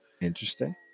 Interesting